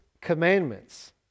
commandments